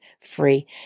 free